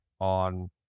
on